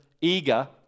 eager